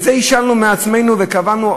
את זה השלנו מעצמנו וקבענו,